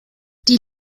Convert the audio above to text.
die